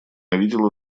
видела